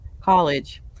college